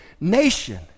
nation